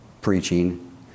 preaching